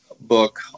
book